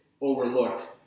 overlook